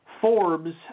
Forbes